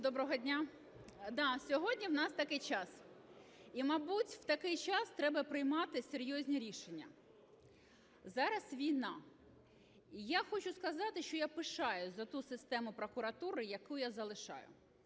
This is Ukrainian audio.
доброго дня! Да, сьогодні в нас такий час і, мабуть, в такий час треба приймати серйозні рішення. Зараз війна і я хочу сказати, що я пишаюсь за ту систему прокуратури, яку я залишаю.